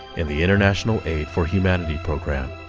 and the international aid for humanity program.